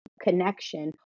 connection